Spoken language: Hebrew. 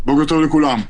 בוקר טוב לכולם.